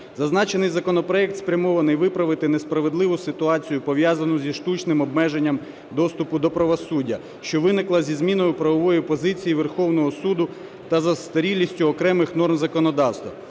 Зазначений законопроект спрямований виправити несправедливу ситуацію, пов'язану зі штучним обмеженням доступу до правосуддя, що виникла зі зміною правової позиції Верховного Суду та застарілістю окремих норм законодавства.